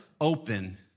open